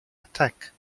attack